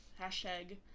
hashtag